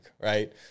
right